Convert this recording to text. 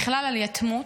בכלל על יתמות.